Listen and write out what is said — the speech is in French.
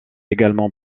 également